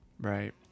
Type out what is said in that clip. right